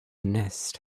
nest